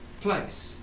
place